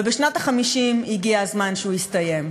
ובשנת ה-50 הגיע הזמן שהוא יסתיים.